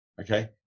Okay